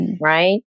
Right